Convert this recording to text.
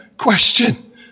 question